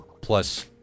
plus